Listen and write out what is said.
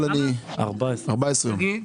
14 יום.